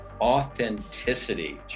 authenticity